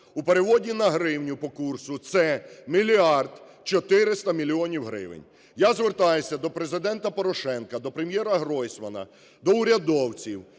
У переводі на гривню по курсу – це 1 мільярд 400 мільйонів гривень. Я звертаюся до Президента Порошенка, до Прем'єра Гройсмана, до урядовців.